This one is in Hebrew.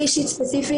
אני אישית ספציפית,